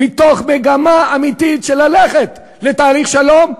מתוך מגמה אמיתית של ללכת לתהליך שלום,